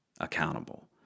accountable